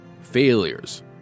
failures